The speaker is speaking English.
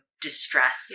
distress